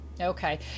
Okay